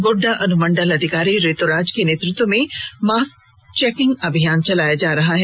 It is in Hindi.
गोड्डा अनुमंडल अधिकारी ऋतुराज के नेतृत्व में मास्क चेकिंग अभियान चलाया जा रहा है